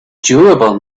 durable